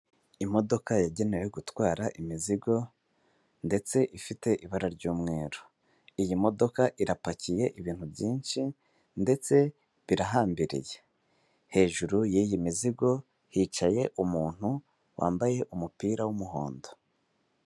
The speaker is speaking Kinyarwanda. Imodoka yagenewe gutwara imizigo ndetse ifite ibara ry'umweru. Iyi modoka irapakiye ibintu byinshi ndetse birahambiriye, hejuru y'iyi mizigo hicaye umuntu wambaye umupira w'umuhondo.